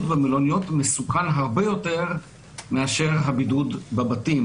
במלוניות מסוכן הרבה יותר מאשר הבידוד בבתים.